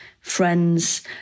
friends